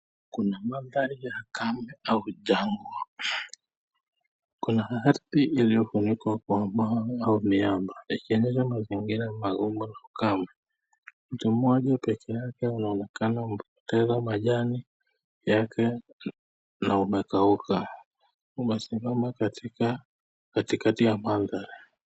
Kuna mandhari ya kame au jangwa. Kuna ardhi iliyofunikwa kwa mawe au miamba, ikieneza mazingira magumu na ukame. Mti mmoja pekee yake unaonekana umepoteza majani yake na umekauka. Umesimama katika katikati ya mandhari.